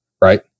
right